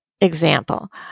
example